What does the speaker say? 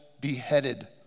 beheaded